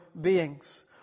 beings